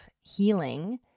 healing